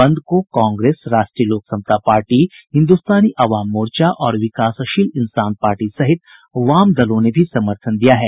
बंद को कांग्रेस राष्ट्रीय लोक समता पार्टी हिन्दुस्तानी अवाम मोर्चा और विकासशील इंसान पार्टी सहित वामदलों ने भी समर्थन दिया है